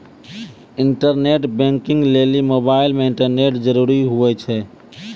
internet banking लेली mobile मे internet जरूरी हुवै छै